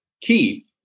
keep